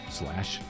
slash